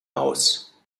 aus